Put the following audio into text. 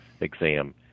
exam